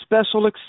special